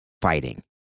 fighting